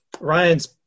Ryan's